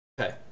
Okay